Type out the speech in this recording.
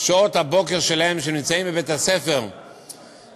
שעות הבוקר שלהם כשהם נמצאים בבית-הספר בתת-תנאים,